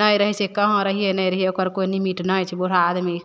नहि रहै छै कहाँ रहिए नहि रहिए ओकर कोइ लिमिट नहि छै बूढ़ा आदमी